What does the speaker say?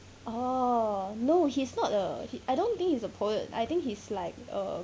oh no he's not a he I don't think he's a poet I think he's like err